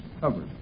covered